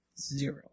Zero